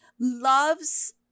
loves